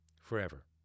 forever